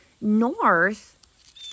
north